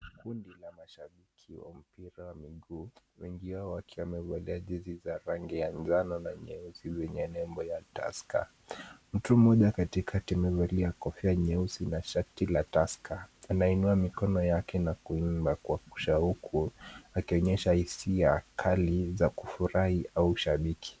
Kundi la mashabiki wa mpira wa miguu wengi wao wakiwa wamevalia jezi za rangi ya njano na nyeusi zenye nembo ya Tusker, mtu mmoja katikati amevalia kofia nyeusi na shati la Tusker, anainua mikono yake na kuimba kwa shauku akionyesha hisia kali za kufurahi au shabiki.